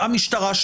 המשטרה,